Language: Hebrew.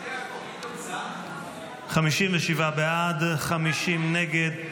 57 בעד, 50 נגד.